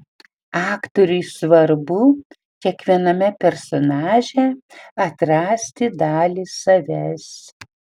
aktoriui svarbu kiekviename personaže atrasti dalį savęs